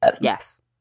Yes